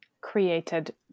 created